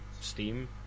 Steam